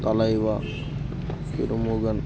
Thalaiva Irumugan